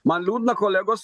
man liūdna kolegos